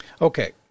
Okay